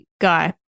guy